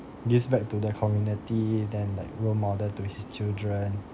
gives back to the community then like role model to his children